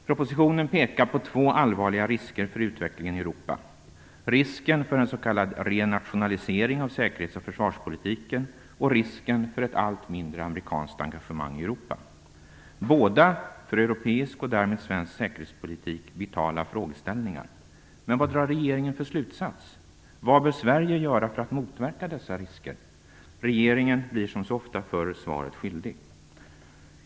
Propositionen pekar på två allvarliga risker för utvecklingen i Europa, risken för en s.k. renationalisering av säkerhets-och försvarspolitiken och risken för ett allt mindre amerikanskt engagemang i Europa. Det är i båda avseendena för europeisk och därmed svensk säkerhetspolitik vitala frågeställningar. Men vad drar regeringen för slutsats? Vad bör Sverige göra för att motverka dessa risker? Regeringen blir som så ofta förr svaret skyldig.